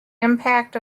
impact